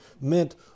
meant